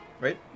right